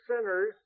sinners